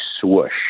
swoosh